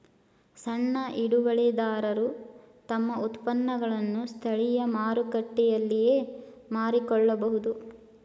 ಸಣ್ಣ ಹಿಡುವಳಿದಾರರು ತಮ್ಮ ಉತ್ಪನ್ನಗಳನ್ನು ಸ್ಥಳೀಯ ಮಾರುಕಟ್ಟೆಯಲ್ಲಿಯೇ ಮಾರಿಕೊಳ್ಳಬೋದು